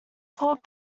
thought